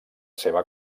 seva